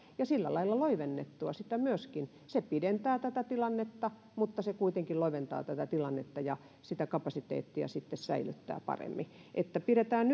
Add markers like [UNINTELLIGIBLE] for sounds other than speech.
ja sillä lailla loivennettua sitä myöskin tämä pidentää tätä tilannetta mutta kuitenkin loiventaa tätä tilannetta ja sitä kapasiteettia sitten säilyttää paremmin että pidetään [UNINTELLIGIBLE]